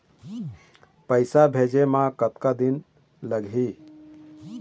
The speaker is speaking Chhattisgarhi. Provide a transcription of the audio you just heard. पैसा भेजे मे कतका दिन लगही?